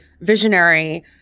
visionary